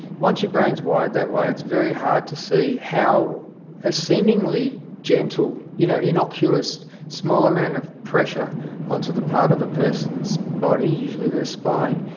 once your brain is wired that way it's very hard to see how a seemingly gentle, you know innocuous, small amount of pressure onto a part of the person's body, usually their spine,